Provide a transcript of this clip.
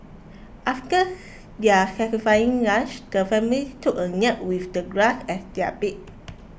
after their satisfying lunch the family took a nap with the grass as their bed